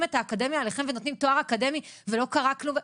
את האקדמיה אליכם ונותנים תואר אקדמי ולא קרה כלום'.